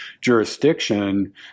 jurisdiction